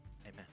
Amen